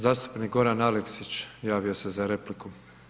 Zastupnik Goran Aleksić javio se za repliku.